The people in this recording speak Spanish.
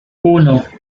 uno